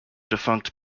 defunct